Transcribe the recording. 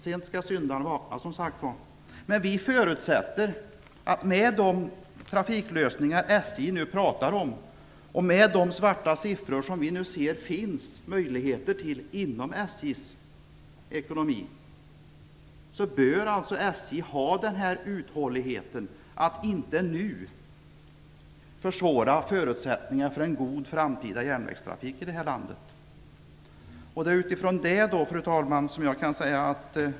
Sent skall syndaren vakna som sagt. Vi förutsätter att SJ med de trafiklösningar som SJ nu talar om och de svarta siffror som vi nu ser bör ha uthålligheten och inte nu försvåra förutsättningar för en god framtida järnvägstrafik i det här landet.